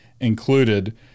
included